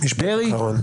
דרעי?